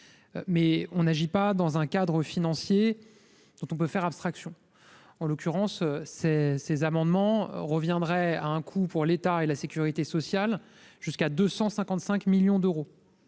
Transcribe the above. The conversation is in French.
mais on n'agit pas dans un cadre financier dont on peut faire abstraction, en l'occurrence c'est ces amendements reviendrait à un coût pour l'État et la sécurité sociale, jusqu'à 255 millions d'euros.